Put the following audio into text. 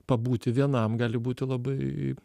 pabūti vienam gali būti labai